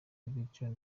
nibyo